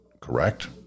correct